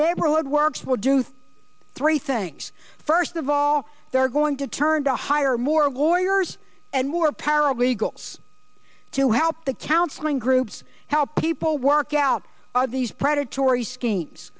neighborhood works will do three three things first of all they're going to turn to hire more warriors and more paralegals to help the counseling groups help people work out these predatory schemes